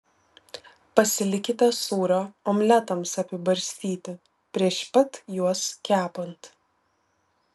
pasilikite sūrio omletams apibarstyti prieš pat juos kepant